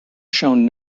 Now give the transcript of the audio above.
shown